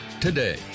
today